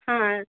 হ্যাঁ